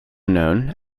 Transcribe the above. known